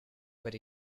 but